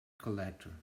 collector